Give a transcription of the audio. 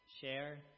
share